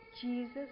Jesus